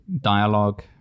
dialogue